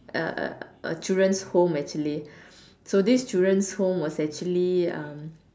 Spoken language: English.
a a a children's home actually so this children's home was actually um